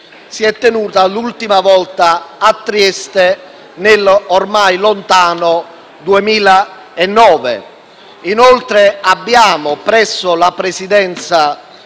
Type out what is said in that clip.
si è tenuta l'ultima volta a Trieste nell'ormai lontano 2009. Abbiamo inoltre costituito presso la Presidenza